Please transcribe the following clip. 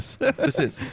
Listen